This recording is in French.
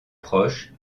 proches